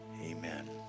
Amen